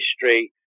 history